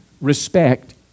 respect